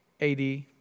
AD